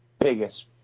biggest